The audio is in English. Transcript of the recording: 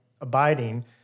abiding